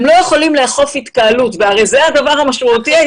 הם לא יכולים לאכוף התקהלות והרי זה הדבר המשמעותי,